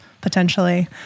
potentially